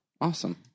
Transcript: awesome